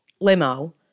limo